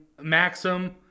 Maxim